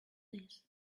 this